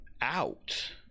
out